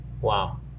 Wow